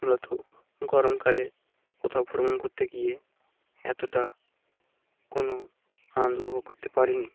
মূলত গরমকালে কোথাও ভ্রমণ করতে গিয়ে এতটা কোনো আনন্দ উপভোগ করতে পারিনি